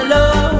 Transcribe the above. Love